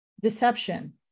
deception